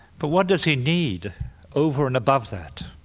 but what does he need over and above that?